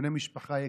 בני משפחה יקרים,